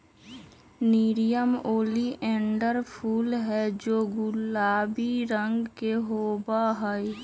nerium oleander फूल हैं जो गुलाबी रंग के होबा हई